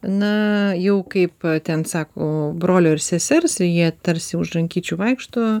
na jau kaip ten sako brolio ir sesers ir jie tarsi už rankyčių vaikšto